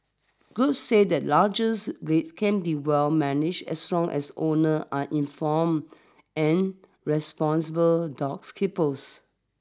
groups say that largest breeds can be well managed as long as owners are informed and responsible dogs keepers